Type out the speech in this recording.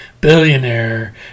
billionaire